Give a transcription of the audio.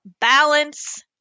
balance